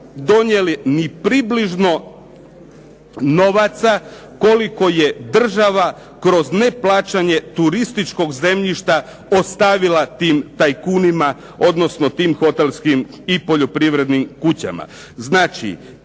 donijele ni približno novaca koliko je država kroz neplaćanje turističkog zemljišta ostavila tim tajkunima, odnosno tim hotelskim i poljoprivrednim kućama.